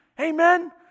Amen